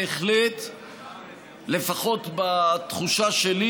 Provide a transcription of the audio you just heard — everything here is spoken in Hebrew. בהחלט לפחות בתחושה שלי,